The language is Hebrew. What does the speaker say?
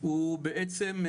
הוא בעצם,